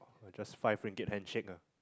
just five ringgit handshake ah